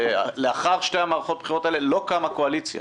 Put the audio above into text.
לאחר שתי המערכות האלה לא קמה קואליציה,